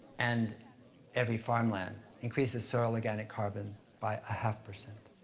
and every farmland increases soil organic carbon by a half percent.